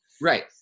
Right